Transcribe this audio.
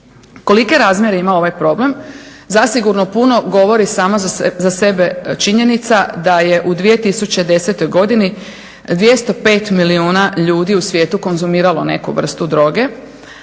Kolike razmjere ima ovaj problem zasigurno puno govori sama za sebe činjenica da je u 2010. godini 205 milijuna ljudi u svijetu konzumiralo neku vrstu droge,